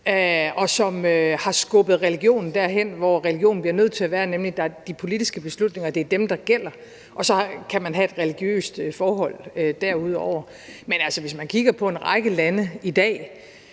og som har skubbet religionen derhen, hvor religionen bliver nødt til at være, nemlig at det er de politiske beslutninger, der gælder, og at man så kan have et religiøst forhold derudover. Men altså, hvis man kigger på en række lande i dag,